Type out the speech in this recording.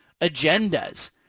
agendas